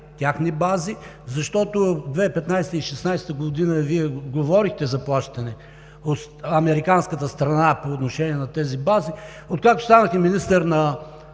техни бази, защото 2015-а и 2016 г. Вие говорихте за плащане от американска страна по отношение на тези бази. Откакто станахте министър на